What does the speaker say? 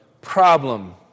problem